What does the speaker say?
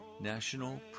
National